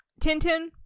Tintin